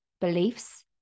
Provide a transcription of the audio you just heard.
beliefs